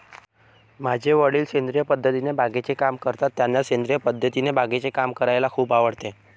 माझे वडील सेंद्रिय पद्धतीने बागेचे काम करतात, त्यांना सेंद्रिय पद्धतीने बागेचे काम करायला खूप आवडते